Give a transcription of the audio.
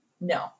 No